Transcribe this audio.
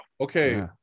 Okay